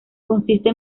consiste